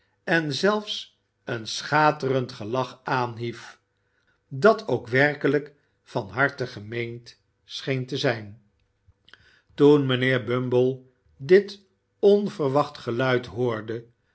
en zelfs een schaterend gelag aanhief dat ook werkelijk van harte gemeend scheen te zijn toen mijnheer bumble dit onverwacht geluid hoorde